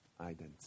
identity